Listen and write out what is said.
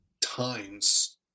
times